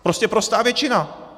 Prostě prostá většina.